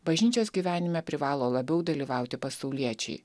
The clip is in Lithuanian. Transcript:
bažnyčios gyvenime privalo labiau dalyvauti pasauliečiai